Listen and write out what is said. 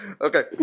Okay